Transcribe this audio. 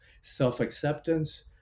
self-acceptance